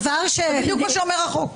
זה בדיוק מה שאומר החוק.